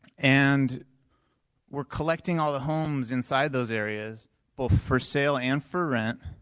and we're collecting all the homes inside those areas both for sale and for rent